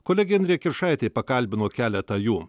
kolegė indrė kiršaitė pakalbino keletą jų